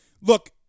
Look